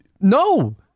No